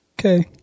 okay